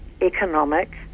economic